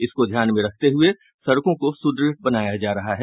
इसको ध्यान में रखते हुये सड़कों को सुदृढ़ बनाया जा रहा है